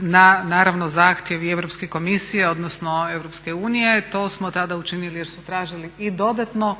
na naravno zahtjev i Europske komisije, odnosno Europske unije. To smo tada učinili jer su tražili i dodatno